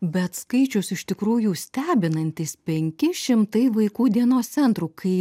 bet skaičius iš tikrųjų stebinantis penki šimtai vaikų dienos centrų kai